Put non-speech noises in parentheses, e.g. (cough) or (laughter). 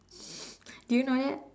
(noise) do you know that